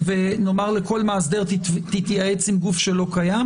ונאמר לכל מאסדר להתייעץ עם גוף שלא קיים?